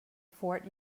fort